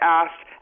asked